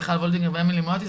מיכל וולדיגר ואמילי מואטי,